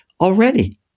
Already